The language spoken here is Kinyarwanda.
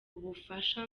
ubufasha